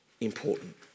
important